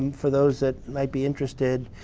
for those that might be interested,